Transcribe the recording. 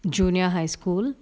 junior high school